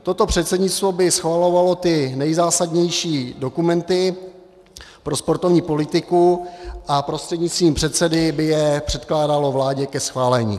Toto předsednictvo by schvalovalo ty nejzásadnější dokumenty pro sportovní politiku a prostřednictvím předsedy by je předkládalo vládě ke schválení.